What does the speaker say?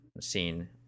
scene